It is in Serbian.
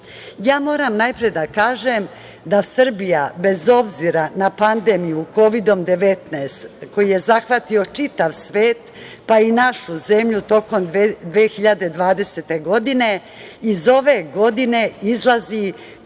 moram najpre da kažem da Srbija, bez obzira na pandemiju Kovidom 19, koji je zahvatio čitav svet pa i našu zemlju tokom 2020. godine, iz ove godine izlazi kao